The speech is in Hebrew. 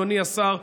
אדוני השר,